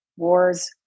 wars